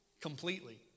completely